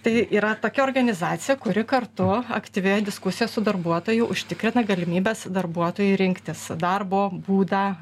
tai yra tokia organizacija kuri kartu aktyvioje diskusijoje su darbuotoju užtikrina galimybes darbuotojui rinktis darbo būdą